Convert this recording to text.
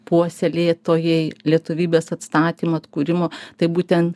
puoselėtojai lietuvybės atstatymo atkūrimo tai būtent